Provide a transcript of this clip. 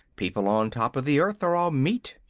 people on top of the earth are all meat.